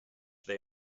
they